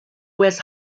wears